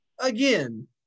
Again